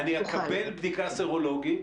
אני אקבל בדיקה סרולוגית,